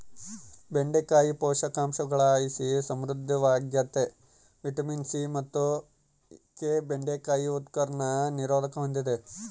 ಬೆಂಡೆಕಾಯಿ ಪೋಷಕಾಂಶಗುಳುಲಾಸಿ ಸಮೃದ್ಧವಾಗ್ಯತೆ ವಿಟಮಿನ್ ಸಿ ಮತ್ತು ಕೆ ಬೆಂಡೆಕಾಯಿ ಉತ್ಕರ್ಷಣ ನಿರೋಧಕ ಹೂಂದಿದೆ